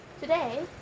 Today